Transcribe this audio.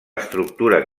estructura